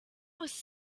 was